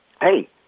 Hey